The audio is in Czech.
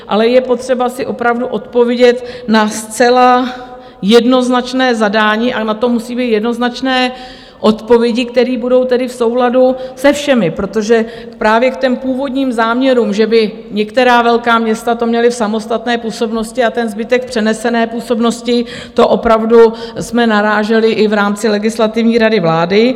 Ale je potřeba si opravdu odpovědět na zcela jednoznačné zadání a na to musí být jednoznačné odpovědi, které budou v souladu se všemi, protože právě v původním záměru, že by některá velká města to měla v samostatné působnosti a zbytek v přenesené působnosti, opravdu jsme naráželi i v rámci Legislativní rady vlády.